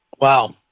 Wow